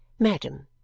madam,